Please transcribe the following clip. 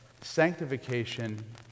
sanctification